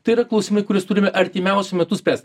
tai yra klausimai kuriuos turime artimiausiu metu sprest